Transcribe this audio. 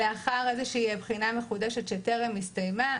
לאחר בחינה מחודשת שטרם הסתיימה,